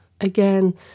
Again